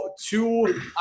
two